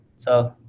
so